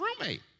roommate